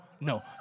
no